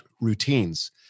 routines